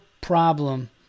problem